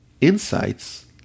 insights